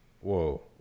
Whoa